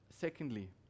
Secondly